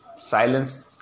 Silence